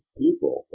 people